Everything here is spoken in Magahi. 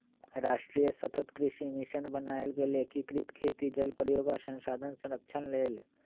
राष्ट्रीय सतत कृषि मिशन बनाएल गेल एकीकृत खेती जल प्रयोग आ संसाधन संरक्षण लेल